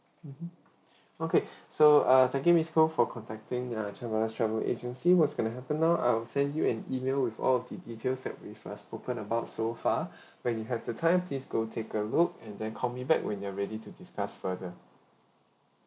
mmhmm okay so uh thank you miss foo for contacting uh chan brothers travel agency was going to happen now I will send you an email with all of the details that we uh spoken about so far when you have the time please go take a look and then call me back when you're ready to discuss further